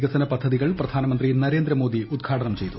വികസന പദ്ധതികൾ പ്രധാനമന്ത്രി നരേന്ദ്രമോദി ഉദ്ഘാടനം ചെയ്തു